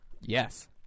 Yes